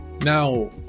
Now